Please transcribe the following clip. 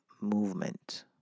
movement